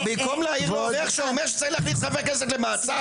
במקום להעיר לו איך שהוא אומר שצריך להכניס חבר כנסת למעצר,